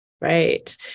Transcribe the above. Right